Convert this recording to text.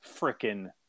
freaking